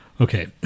Okay